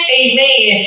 amen